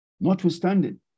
Notwithstanding